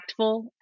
impactful